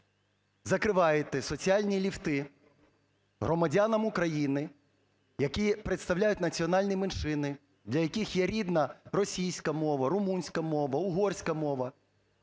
закриваєте соціальні ліфти громадянам України, які представляють національні меншини, для яких є рідна російська мова, румунська мова, угорська мова,